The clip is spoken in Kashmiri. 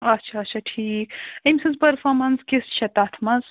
اَچھا اَچھا ٹھیٖک أمۍ سٕنٛز پٔرفارمنس کِژھ چھِ تَتھ منٛز